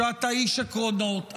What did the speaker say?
שאתה איש עקרונות.